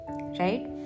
right